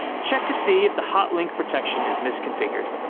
check to see if the hotlink protection is misconfigured.